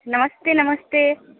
नमस्ते नमस्ते